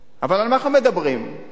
אבל אנחנו מדברים על חימום.